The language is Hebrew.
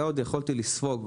זה עוד יכלתי איך שהוא לספוג,